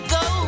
go